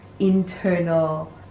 internal